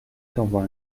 t’envoie